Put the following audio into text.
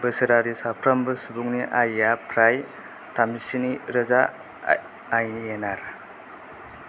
बोसोरारि साफ्रोमबो सुबुंनि आयआ फ्राय थामजिस्नि रोजा आइ एन आर